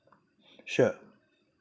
sure